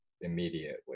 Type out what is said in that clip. immediately